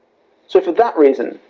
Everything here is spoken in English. so for that reason,